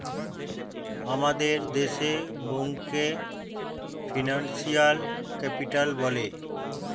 আমাদের দেশে বোম্বেকে ফিনান্সিয়াল ক্যাপিটাল বলে